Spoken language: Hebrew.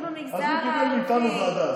אז הוא קיבל מאיתנו ועדה.